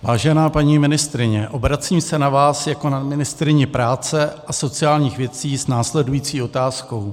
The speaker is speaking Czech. Vážená paní ministryně, obracím se na vás jako na ministryni práce a sociálních věcí s následující otázkou.